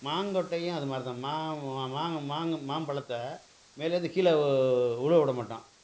மாங்கொட்டையும் அதுமாதிரி தான் மா மாங்கு மாங்கு மாம்பழத்த மேலேருந்து கீழ விலுவ விடமாட்டோம்